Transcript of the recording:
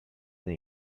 the